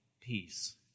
peace